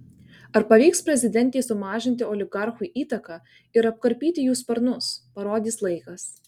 ar pavyks prezidentei sumažinti oligarchų įtaką ir apkarpyti jų sparnus parodys laikas